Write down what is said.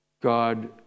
God